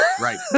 right